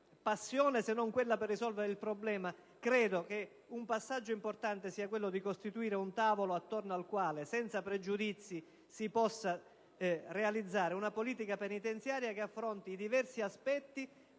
passione, se non quella per risolvere il problema. Credo che un passaggio importante sia quello di costituire un tavolo attorno al quale senza pregiudizi si possa realizzare una politica penitenziaria che affronti i diversi aspetti,